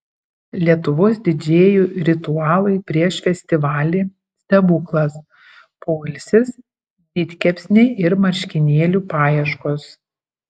lietuvos didžėjų ritualai prieš festivalį stebuklas poilsis didkepsniai ir marškinėlių paieškos